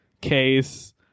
case